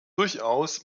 durchaus